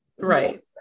right